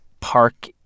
park